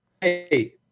hey